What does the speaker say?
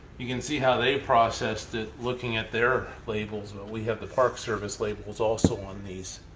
you can see how they processed it, looking at their labels. well, we have the park service labels also on these.